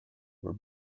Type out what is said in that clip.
were